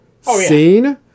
scene